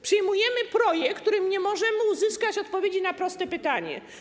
Przyjmujemy projekt, a nie możemy uzyskać odpowiedzi na proste pytanie.